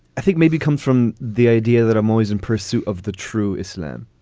i think maybe come from the idea that i'm always in pursuit of the true islam.